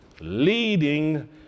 Leading